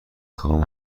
خواهم